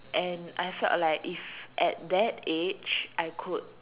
and I felt like if at that age I could